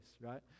right